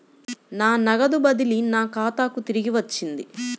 నా నగదు బదిలీ నా ఖాతాకు తిరిగి వచ్చింది